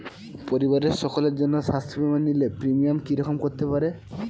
পরিবারের সকলের জন্য স্বাস্থ্য বীমা নিলে প্রিমিয়াম কি রকম করতে পারে?